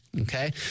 Okay